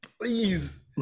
please